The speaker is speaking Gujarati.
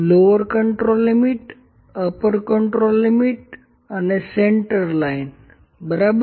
lower control limit upper control limit અને સેન્ટર લાઇન બરાબર